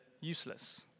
useless